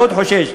מאוד חושש,